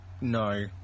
No